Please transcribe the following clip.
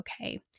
okay